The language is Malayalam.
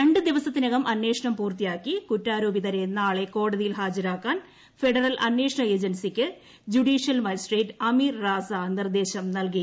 രണ്ട് ദിവസത്തിനകം അന്വേഷണം പൂർത്തിയാക്കി കുറ്റാരോപിതരെ നാളെ കോടതിയിൽ ഹാജരാക്കാൻ ഫെഡറൽ അന്വേഷണ ഏജൻസിയ്ക്ക് ജുഡീഷ്യൽ മജിസ്ട്രേറ്റ് അമീർ റാസ നിർദ്ദേശം നൽകി